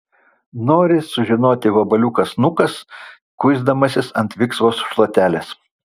nori sužinoti vabaliukas nukas kuisdamasis ant viksvos šluotelės